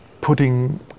putting